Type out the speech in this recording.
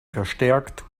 verstärkt